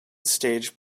stage